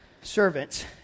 servants